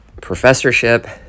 professorship